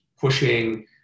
pushing